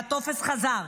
והטופס חזר,